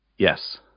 Yes